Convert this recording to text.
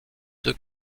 deux